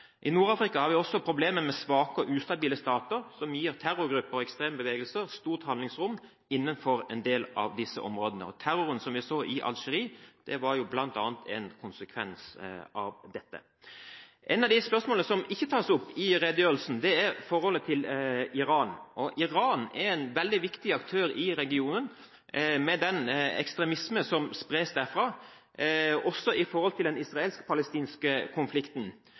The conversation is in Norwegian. I Nord-Afrika har vi også problemer med svake og ustabile stater som gir terrorgrupper og ekstrembevegelser stort handlingsrom innenfor en del av sine områder. Blant annet var terroren som vi så i Algerie, en konsekvens av dette. Et av de spørsmålene som ikke ble tatt opp i redegjørelsen, er forholdet til Iran. Iran er en veldig viktig aktør i regionen, med den ekstremisme som spres derfra, og også når det gjelder den israelsk-palestinske konflikten.